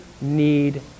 need